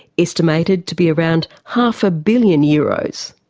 estimated to be around half-a-billion euros.